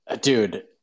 dude